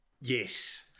Yes